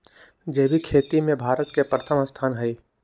जैविक खेती में भारत के प्रथम स्थान हई